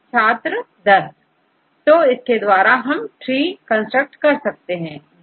छात्र10 तो इसके द्वारा हम ट्री कंस्ट्रक्ट करेंगे